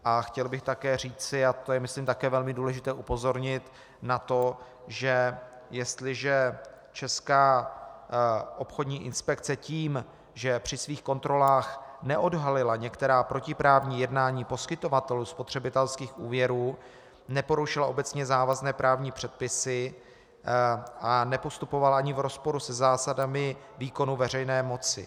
A chtěl bych také říci, a to je myslím také velmi důležité, upozornit na to, že jestliže Česká obchodní inspekce tím, že při svých kontrolách neodhalila některá protiprávní jednání poskytovatelů spotřebitelských úvěrů, neporušila obecně závazné předpisy a nepostupovala ani v rozporu se zásadami výkonu veřejné moci.